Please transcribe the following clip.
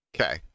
Okay